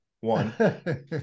one